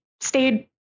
stayed